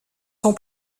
son